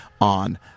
on